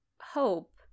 hope